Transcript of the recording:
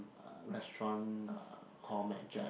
uh restaurant uh called Mad Jack